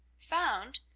found?